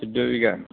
सुइद' बिघा